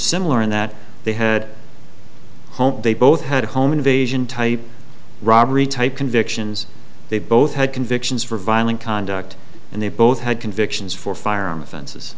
similar in that they had home they both had home invasion type robbery type convictions they both had convictions for violent conduct and they both had convictions for fire